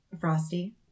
frosty